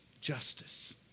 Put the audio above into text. justice